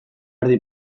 erdi